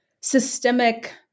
systemic